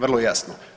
Vrlo jasno.